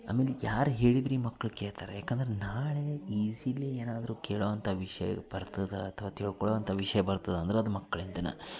ಆಮೇಲೆ ಯಾರು ಯಾರು ಹೇಳಿದ್ರೆ ಈ ಮಕ್ಳು ಕೇಳ್ತಾರೆ ಏಕಂದ್ರೆ ನಾಳೆ ಈಝಿಲಿ ಏನಾದರೂ ಕೇಳೋಂಥ ವಿಷಯ ಬರ್ತದೆ ಅಥ್ವಾ ತಿಳ್ಕೊಳ್ಳೋ ಅಂಥ ವಿಷಯ ಬರ್ತದೆ ಅಂದ್ರೆ ಅದು ಮಕ್ಳಿಂದನೇ